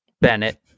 Bennett